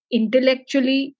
intellectually